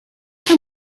daar